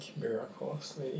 miracles